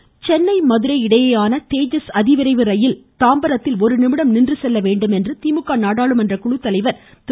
பாலு சென்னை மதுரை இடையேயான தேஜஸ் அதிவிரைவு ரயில் தாம்பரத்தில் ஒரு நிமிடம் நின்று செல்ல வேண்டும் என்று திமுக நாடாளுமன்ற குழு தலைவர் திரு